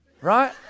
right